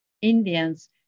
Indians